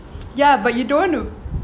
ya but you don't want to